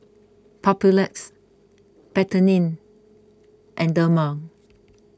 Papulex Betadine and Dermale